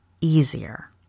easier